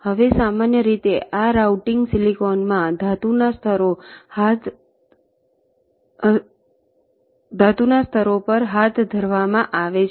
હવે સામાન્ય રીતે આ રાઉટીંગ સિલિકોનમાં ધાતુના સ્તરો પર હાથ ધરવામાં આવે છે